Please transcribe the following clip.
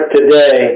today